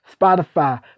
spotify